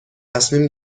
تصمیم